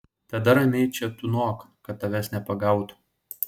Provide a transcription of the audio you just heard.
tada ramiai čia tūnok kad tavęs nepagautų